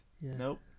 Nope